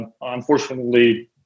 Unfortunately